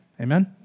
Amen